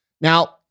Now